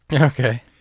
Okay